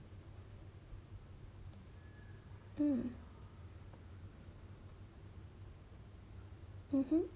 mm mmhmm